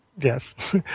Yes